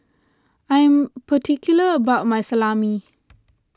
I am particular about my Salami